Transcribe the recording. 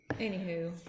Anywho